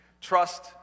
Trust